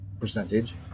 percentage